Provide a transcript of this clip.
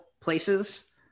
places